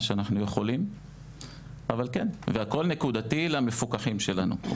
מה שאנחנו יכולים והכול נקודתי למפוקחים שלנו.